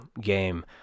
game